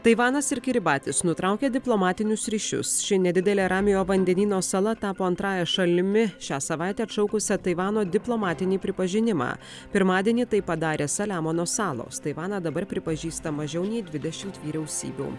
taivanas ir kiribatis nutraukia diplomatinius ryšius ši nedidelė ramiojo vandenyno sala tapo antrąja šalimi šią savaitę atšaukusia taivano diplomatinį pripažinimą pirmadienį tai padarė saliamono salos taivaną dabar pripažįsta mažiau nei dvidešimt vyriausybių